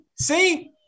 See